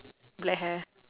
black hair